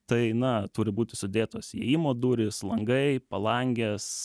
tai na turi būti sudėtos įėjimo durys langai palangės